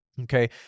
Okay